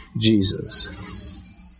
Jesus